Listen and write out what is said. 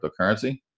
cryptocurrency